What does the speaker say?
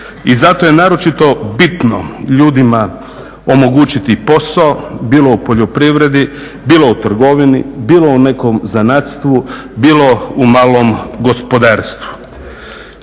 I zato je naročito bitno ljudima omogućiti posao bilo u poljoprivredi, bilo u trgovini, bilo u nekom zanatstvu, bilo u malom gospodarstvu.